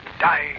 die